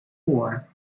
war